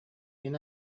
мин